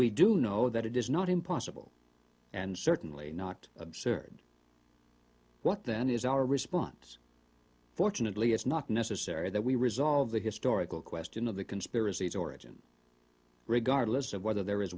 we do know that it is not impossible and certainly not absurd what then is our response fortunately it's not necessary that we resolve the historical question of the conspiracies origin regardless of whether there is